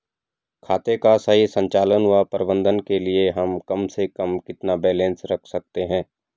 खाते का सही संचालन व प्रबंधन के लिए हम कम से कम कितना बैलेंस रख सकते हैं?